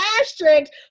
asterisk